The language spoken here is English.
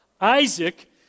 Isaac